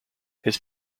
his